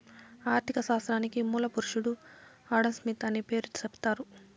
ఆర్ధిక శాస్త్రానికి మూల పురుషుడు ఆడంస్మిత్ అనే పేరు సెప్తారు